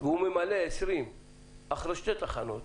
והוא ממלא 20 נוסעים אחרי שתי תחנות,